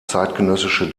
zeitgenössische